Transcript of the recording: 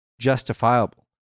justifiable